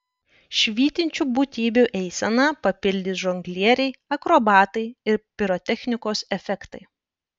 švytinčių būtybių eiseną papildys žonglieriai akrobatai ir pirotechnikos efektai